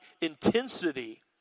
intensity